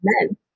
men